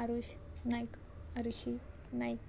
Aarush Naik Aarushi Naik